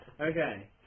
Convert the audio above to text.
Okay